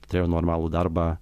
turėjau normalų darbą